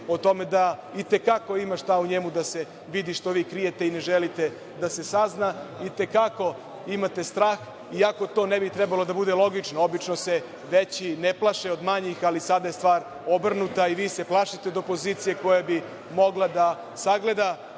o tome da i te kako ima šta o njemu da se vidi što vi krijete i ne želite da se sazna, itekako imate strah, i ako to ne bi trebalo da bude logično. Obično se veći ne plaše od manjih, ali sada je stvar obrnuta i vi se plašite od opozicije, koja bi mogla da sagleda